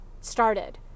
started